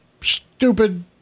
stupid